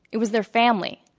it was their families,